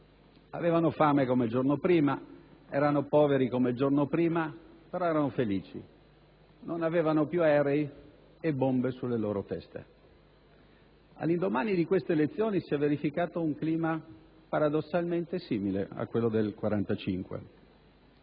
avevano fame come il giorno prima, erano poveri come il giorno prima, però erano felici, non avevano più aerei e bombe sulle loro teste. All'indomani di queste elezioni si è verificato un clima paradossalmente simile a quello del 1945.